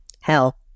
Hell